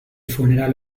funeral